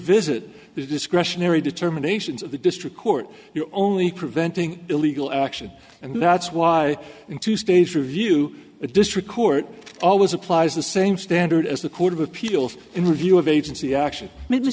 visit the discretionary determinations of the district court you're only preventing illegal action and that's why in tuesday's review a district court always applies the same standard as the court of appeals in review of agency action m